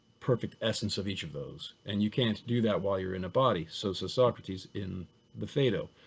perfect essence of each of those. and you can't do that while you're in a body. so says socrates in the phaedo.